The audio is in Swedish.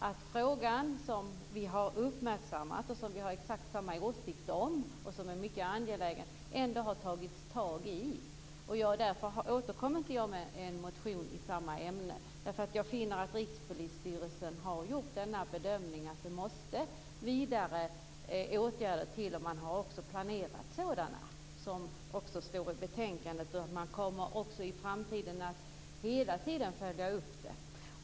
Den här frågan, som vi har uppmärksammat, som vi har exakt samma åsikt om och som är mycket angelägen, har det ändå tagits tag i. Därför återkommer jag inte med en motion i detta ämne, för jag finner att Rikspolisstyrelsen har gjort bedömningen att det måste till vidare åtgärder. Man har också planerat sådana, som det står i betänkandet. Man kommer i framtiden hela tiden att följa upp det här.